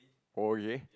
oh ya